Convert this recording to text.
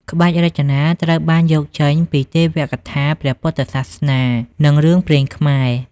ក្បាច់រចនា ត្រូវបានយកចេញពីទេវកថាព្រះពុទ្ធសាសនា និងរឿងព្រេងខ្មែរ។